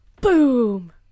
Boom